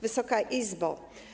Wysoka Izbo!